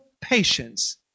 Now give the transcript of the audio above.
patience